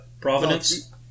Providence